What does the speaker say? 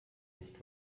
nicht